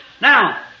Now